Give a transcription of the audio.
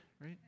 right